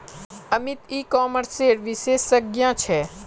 Amit e कॉमर्सेर विशेषज्ञ छे